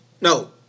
No